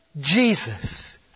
Jesus